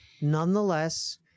Nonetheless